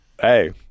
Hey